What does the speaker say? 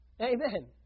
Amen